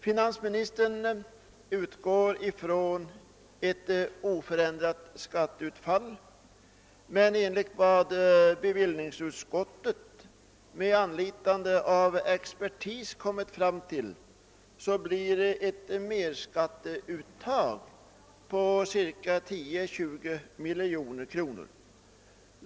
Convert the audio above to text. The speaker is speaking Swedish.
Finansministern utgår från ett oförändrat skatteutfall, men enligt vad bevillningsutskottet med anlitande av expertis kommit fram till blir det ett merskatteuttag på 10—20 miljoner kronor.